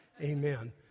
Amen